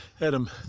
Adam